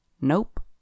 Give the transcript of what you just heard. Nope